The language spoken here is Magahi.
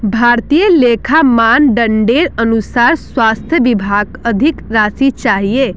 भारतीय लेखा मानदंडेर अनुसार स्वास्थ विभागक अधिक राशि चाहिए